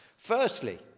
Firstly